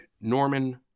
Norman